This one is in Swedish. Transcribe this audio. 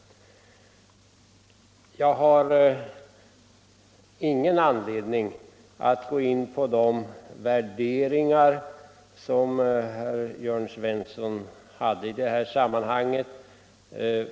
Jag har här ingen anledning att gå in på Jörn Svenssons värderingar i sammanhanget.